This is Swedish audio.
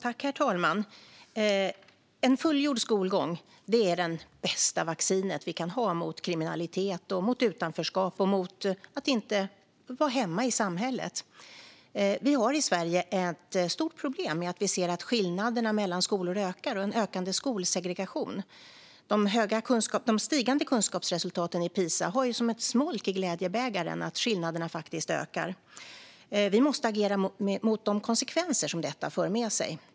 Herr talman! En fullgjord skolgång är det bästa vaccinet mot kriminalitet, mot utanförskap och mot att inte vara hemma i samhället. Vi har i Sverige ett stort problem: Vi ser att skillnaderna mellan skolor ökar, och vi ser en ökande skolsegregation. Trots de stigande kunskapsresultaten i Pisa ser vi som ett smolk i glädjebägaren att skillnaderna faktiskt ökar. Vi måste agera mot de konsekvenser som detta för med sig.